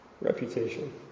reputation